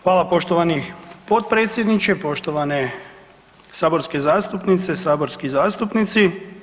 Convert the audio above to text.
Hvala, poštovani potpredsjedniče, poštovane saborske zastupnice, saborski zastupnici.